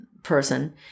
person